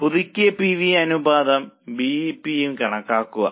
പുതുക്കിയ P V അനുപാതവും B E P യും കണക്കാക്കുക